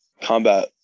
combat